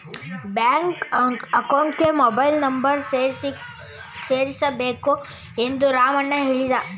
bank ಅಕೌಂಟ್ಗೆ mobile number ಸೇರಿಸಬೇಕು ಎಂದು ರಾಮಣ್ಣ ಹೇಳಿದ